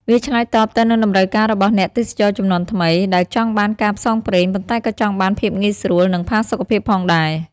វាឆ្លើយតបទៅនឹងតម្រូវការរបស់អ្នកទេសចរជំនាន់ថ្មី ដែលចង់បានការផ្សងព្រេង ប៉ុន្តែក៏ចង់បានភាពងាយស្រួល និងផាសុកភាពផងដែរ។